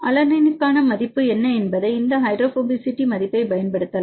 அலனைனுக்கான மதிப்பு என்ன என்பதை இந்த ஹைட்ரோபோபசிட்டி மதிப்பைப் பயன்படுத்தலாம்